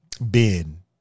Ben